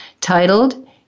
titled